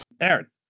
Aaron